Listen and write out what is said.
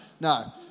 no